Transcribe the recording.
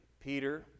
Peter